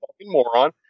moron